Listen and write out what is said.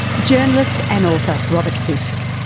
journalist and author, robert fisk.